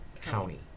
county